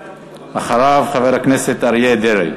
ואחריו, חבר הכנסת אריה דרעי.